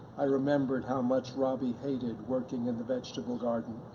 i remembered how much robbie hated working in the vegetable garden.